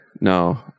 No